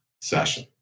session